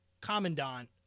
commandant